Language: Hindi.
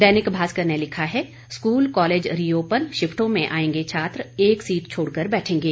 दैनिक भास्कर ने लिखा है स्कूल कॉलेज रि ओपन शिफ्टों में आएंगे छात्र एक सीट छोड़कर बैठेंगे